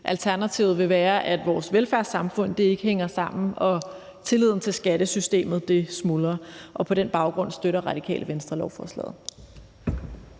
Alternativet vil være, at vores velfærdssamfund ikke hænger sammen og tilliden til skattesystemet smuldrer. På den baggrund støtter Radikale Venstre lovforslaget.